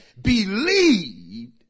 believed